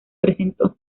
presentó